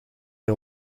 hij